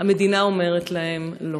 המדינה אומרת להם: לא.